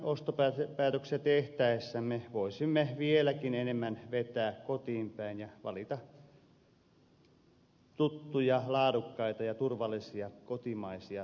kuluttajina ostopäätöksiä tehdessämme voisimme vieläkin enemmän vetää kotiin päin ja valita tuttuja laadukkaita ja turvallisia kotimaisia tuotteita